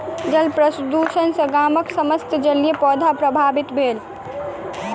जल प्रदुषण सॅ गामक समस्त जलीय पौधा प्रभावित भेल